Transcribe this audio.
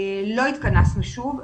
לא התכנסנו שוב,